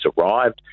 arrived